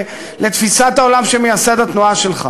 לתפיסת העולם של מייסד התנועה שלך.